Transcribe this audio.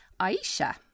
Aisha